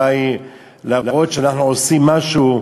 אולי להראות שאנחנו עושים משהו,